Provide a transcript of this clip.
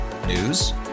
News